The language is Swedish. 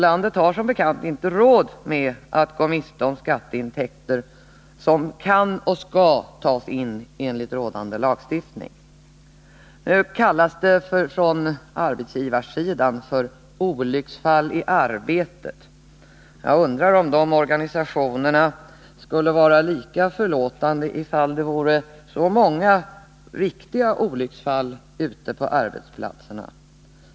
Landet har som bekant inte råd att gå miste om skatteintäkter som kan och skall tas in enligt rådande lagstiftning. Det kallas från arbetsgivarsidan för olycksfall i arbetet. Jag undrar om de organisationerna skulle vara lika förlåtande om det förekom så många riktiga olycksfall ute på arbetsplatserna.